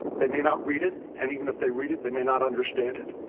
they may not read it and even if they read it they may not understand it?